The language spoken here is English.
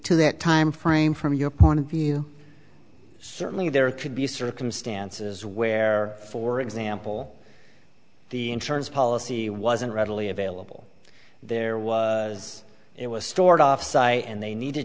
to that timeframe from your point of view certainly there could be circumstances where for example the insurance policy wasn't readily available there was it was stored off site and they needed